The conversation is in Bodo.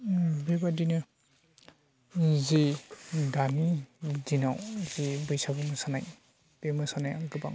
उम बेबायदिनो जि दानि दिनाव जि बैसागु मोसानाय बे मोसानाया गोबां